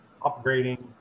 Upgrading